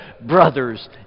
brothers